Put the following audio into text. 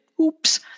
Oops